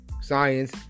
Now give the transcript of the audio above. science